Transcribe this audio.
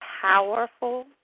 powerful